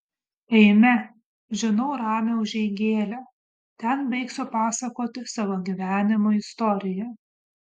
eime žinau ramią užeigėlę ten baigsiu pasakoti savo gyvenimo istoriją